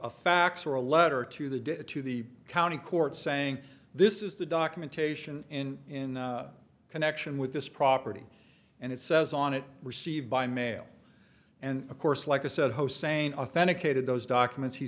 a fax or a letter to the to the county court saying this is the documentation in connection with this property and it says on it received by mail and of course like i said hosain authenticated those documents he